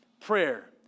prayer